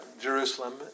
Jerusalem